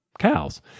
Cows